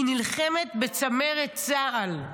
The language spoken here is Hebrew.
היא נלחמת בצמרת צה"ל.